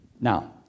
Now